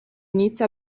inizia